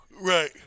Right